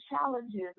challenges